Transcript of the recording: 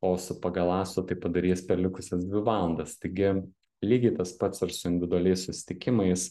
o su pagaląstu tai padarys per likusias dvi valandas taigi lygiai tas pats ir su individualiais susitikimais